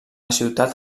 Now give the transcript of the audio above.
ciutat